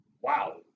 wow